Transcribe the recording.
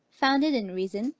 founded in reason,